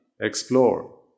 explore